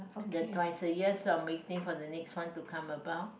the twice a year so I'm waiting for the next one to come about